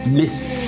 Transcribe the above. missed